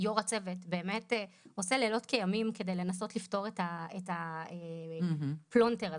שיו"ר הצוות באמת עושה לילות כימים כדי לנסות לפתור את הפלונטר הזה.